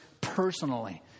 personally